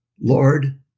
Lord